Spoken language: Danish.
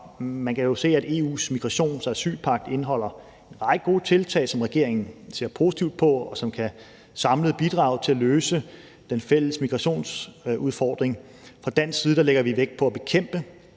man kan jo se, at EU’s migrations- og asylpagt indeholder en række gode tiltag, som regeringen ser positivt på, og som samlet kan bidrage til at løse den fælles migrationsudfordring. Fra dansk side lægger vi vægt på at bekæmpe